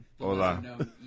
Hola